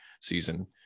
season